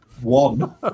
one